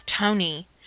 Tony